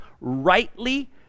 rightly